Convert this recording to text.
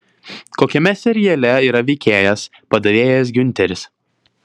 kokiame seriale yra veikėjas padavėjas giunteris